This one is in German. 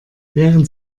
während